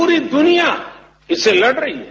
पूरी दुनिया इससे लड़ रही है